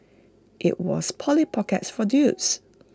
IT was Polly pockets for dudes